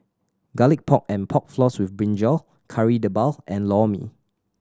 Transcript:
Garlic Pork and Pork Floss with brinjal Kari Debal and Lor Mee